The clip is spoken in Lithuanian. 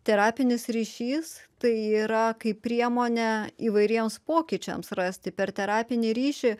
terapinis ryšys tai yra kaip priemonė įvairiems pokyčiams rasti per terapinį ryšį